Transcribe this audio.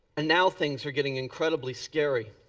and now things are getting incredibly scary.